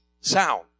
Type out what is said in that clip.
sound